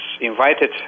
invited